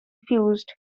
fused